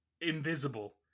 invisible